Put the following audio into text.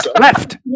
left